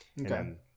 Okay